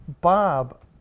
Bob